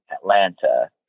Atlanta